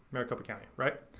maricopa country, right?